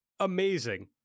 amazing